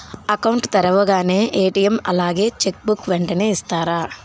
Account తెరవగానే ATM అలాగే cheque book వెంటనే ఇస్తారా?